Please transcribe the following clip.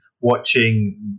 watching